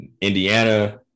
Indiana